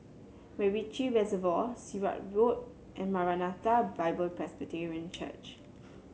MacRitchie Reservoir Sirat Road and Maranatha Bible Presby Church